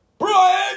Brian